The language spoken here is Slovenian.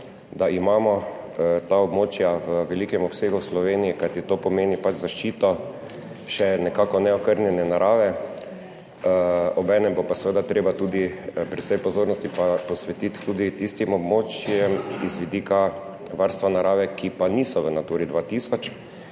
da imamo ta območja v velikem obsegu v Sloveniji, kajti to pomeni pač zaščito še nekako neokrnjene narave, obenem bo pa seveda treba tudi precej pozornosti pa posvetiti tudi tistim območjem iz vidika varstva narave, ki pa niso v Naturi 2000.